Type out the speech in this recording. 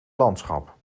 landschap